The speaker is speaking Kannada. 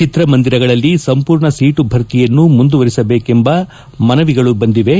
ಚಿತ್ರಮಂದಿರಗಳಲ್ಲಿ ಸಂಪೂರ್ಣ ಸೀಟು ಭರ್ತಿಯನ್ನು ಮುಂದುವರಿಸಬೇಕೆಂಬ ಮನವಿಗಳು ಬಂದಿವೆ